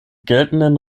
geltenden